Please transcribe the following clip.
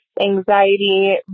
anxiety